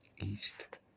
East